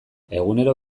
egunero